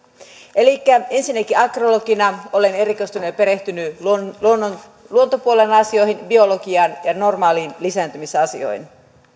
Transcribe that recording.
elikkä ensinnäkin agrologina olen erikoistunut ja perehtynyt luontopuolen asioihin biologiaan ja normaaleihin lisääntymisasioihin